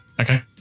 Okay